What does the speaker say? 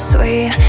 Sweet